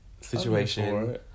situation